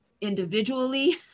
individually